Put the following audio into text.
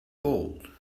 old